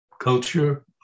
culture